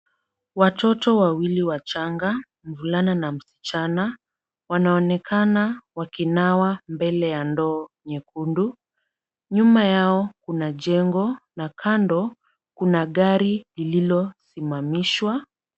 watoto wawili wachanga, mvulana na msichana, wanaonekana wakinawa mbele ya ndoo nyekundu. Nyuma yao kuna jengo na kando kuna gari lililosimamishwa.